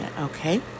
okay